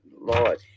Lord